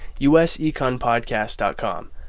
useconpodcast.com